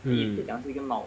hmm